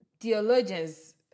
theologians